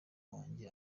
wanjye